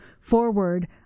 forward